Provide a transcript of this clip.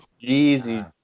Easy